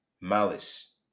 malice